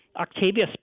Octavia